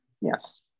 Yes